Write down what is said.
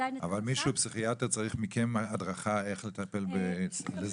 --- אבל פסיכיאטר צריך מכם הדרכה איך לזהות סיכון?